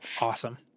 Awesome